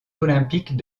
olympiques